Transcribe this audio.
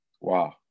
Wow